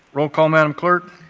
roll call, madam clerk.